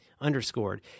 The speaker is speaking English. underscored